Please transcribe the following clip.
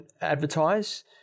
advertise